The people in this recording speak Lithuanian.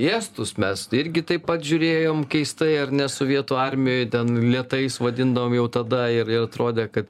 į estus mes irgi taip pat žiūrėjom keistai ar ne sovietų armijoj ten lėtais vadindavom jau tada ir ir atrodė kad